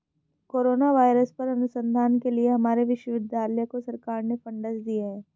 corona virus पर अनुसंधान के लिए हमारे विश्वविद्यालय को सरकार ने फंडस दिए हैं